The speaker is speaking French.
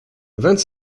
vingt